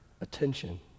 attention